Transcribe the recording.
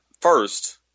first